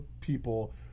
people